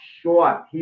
short